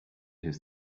his